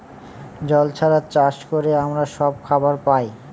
জল ছাড়া চাষ করে আমরা সব খাবার পায়